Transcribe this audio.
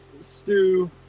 stew